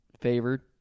favored